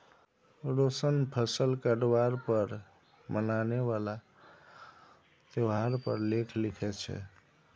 रोशन फसल काटवार पर मनाने वाला त्योहार पर लेख लिखे छे